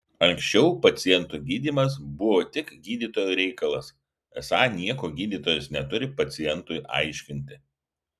anksčiau paciento gydymas buvo tik gydytojo reikalas esą nieko gydytojas neturi pacientui aiškinti